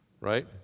right